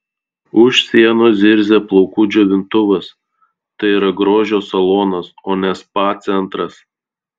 už sienos zirzia plaukų džiovintuvas tai yra grožio salonas o ne spa centras